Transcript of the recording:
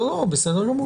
בסדר גמור.